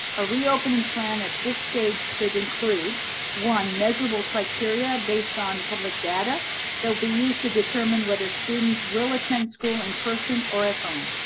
a reopening plan at this stage should include one, measurable criteria based on public data that will be used to determine whether students will attend school in and person or at home.